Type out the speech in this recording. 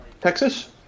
Texas